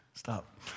Stop